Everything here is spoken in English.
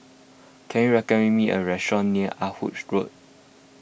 can you recommend me a restaurant near Ah Hood Road